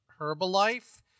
Herbalife